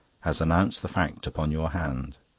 has announced the fact upon your hand.